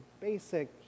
basic